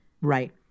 Right